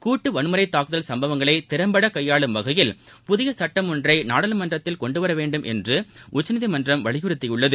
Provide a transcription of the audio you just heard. கூட்டு வன்முறை தாக்குதல் சும்பவங்களை திறம்பட கையாளும் வகையில் புதிய சுட்டம் ஒன்றை நாடாளுமன்றத்தில் கொண்டு வர வேண்டும் என்று உச்சநீதிமன்றம் வலியுறுத்தியுள்ளது